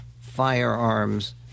firearms